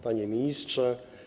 Panie Ministrze!